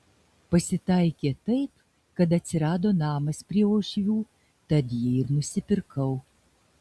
pasitaikė taip kad atsirado namas prie uošvių tad jį ir nusipirkau